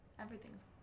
Everything's